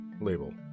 Label